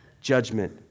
Judgment